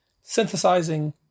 synthesizing